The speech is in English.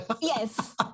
Yes